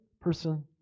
person